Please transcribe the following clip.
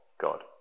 God